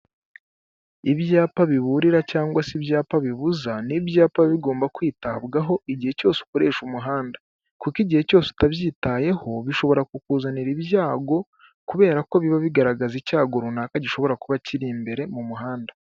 Ibyapa biburira cyangwa se ibyapa bibuza, ni ibyapa bigomba kwitabwaho igihe cyose ukoresha umuhanda kuko igihe cyose utabyitayeho bishobora kukuzanira ibyago kubera ko biba bigaragaza icyago runaka gishobora kuba kiri imbere mu muhanda.